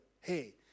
hey